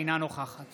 אינה נוכחת